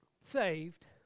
saved